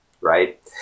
right